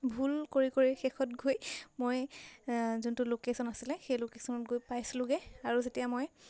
ভুল কৰি কৰি শেষত গৈ মই যোনটো লোকেশ্যন আছিলে সেই লোকেশ্যনত গৈ পাইছিলোঁগৈ আৰু যেতিয়া মই